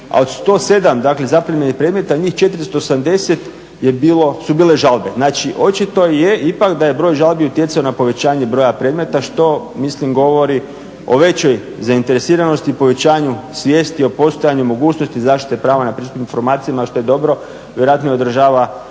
dakle zaprimljenih predmeta, njih 480 su bile žalbe, znači očito je ipak da je broj žalbi utjecao na povećanje broja predmeta što mislim govori o većoj zainteresiranosti, povećanju svijesti o postojanju mogućnosti zaštite prava na pristup informacijama što je dobro, vjerojatno izražava